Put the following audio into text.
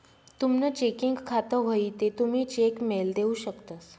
तुमनं चेकिंग खातं व्हयी ते तुमी चेक मेल देऊ शकतंस